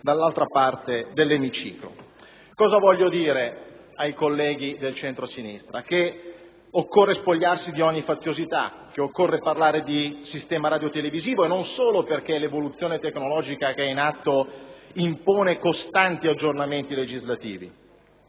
dall'altra parte dell'emiciclo. Cosa voglio dire ai colleghi del centrosinistra? Che occorre spogliarsi di ogni faziosità e parlare di sistema radiotelevisivo non solo perché l'evoluzione tecnologica in atto impone costanti aggiornamenti legislativi;